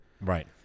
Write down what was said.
Right